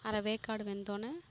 அரைவேக்காடு வெந்தோடனே